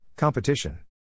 Competition